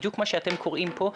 בדיוק מה שאתם קוראים פה.